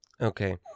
Okay